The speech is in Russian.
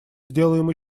сделаем